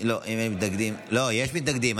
אם אין מתנגדים, לא, יש מתנגדים.